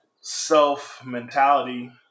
self-mentality